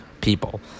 people